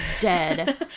dead